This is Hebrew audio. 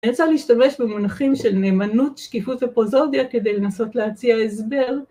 ‫אני רוצה להשתמש במונחים ‫של נאמנות, שקיפות ופרוזודיה ‫כדי לנסות להציע הסבר.